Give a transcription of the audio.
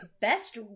Best